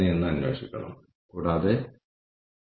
അതിനാൽ അവർ അത് എഴുതുകയും അതിൽ തുടരുകയും ചെയ്യുന്നു